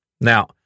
Now